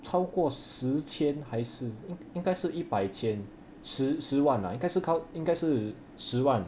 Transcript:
超过十千还是应该是一百千十十万 ah 应该考应该是十万